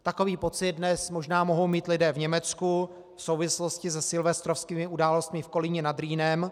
Takový pocit dnes možná mohou mít lidé v Německu v souvislosti se silvestrovskými událostmi v Kolíně nad Rýnem.